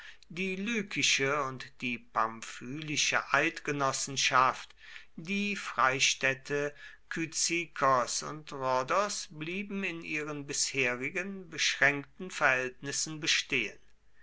die lykische und die pamphylische eidgenossenschaft die freistädte kyzikos und rhodos blieben in ihren bisherigen beschränkten verhältnissen bestehen